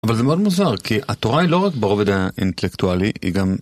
אבל זה מאוד מוזר כי התורה היא לא רק ברובד האינטלקטואלי, היא גם...